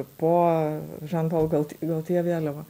po žan pol golt goltje vėliava